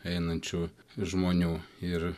einančių žmonių ir